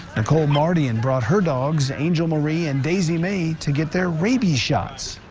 nicole mar-dian brought her dogs angel marie and daisy mae to get their rabies shots.